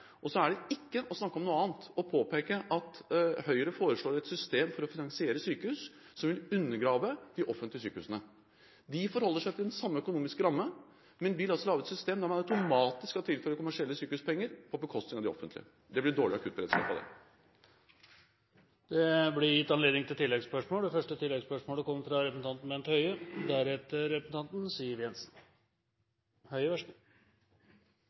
Så er det ikke å snakke om noe annet å påpeke at Høyre foreslår et system for å finansiere sykehus som vil undergrave de offentlige sykehusene. De forholder seg til den samme økonomiske ramme, men vil altså lage et system der man automatisk skal tilføre kommersielle sykehus penger på bekostning av de offentlige. Det blir dårlig akuttberedskap av det. Det blir gitt anledning til tre oppfølgingsspørsmål – først representanten Bent Høie.